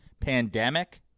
pandemic